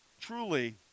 Truly